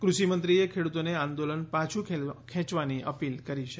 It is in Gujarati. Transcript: કૃષિમંત્રીએ ખેડૂતોને આંદોલન પાછુ ખેંચવાની અપીલ કરી છે